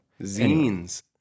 zines